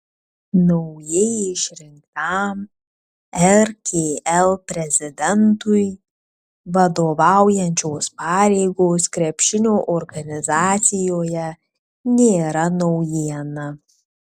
naujai išrinktam rkl prezidentui vadovaujančios pareigos krepšinio organizacijoje nėra naujiena